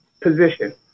position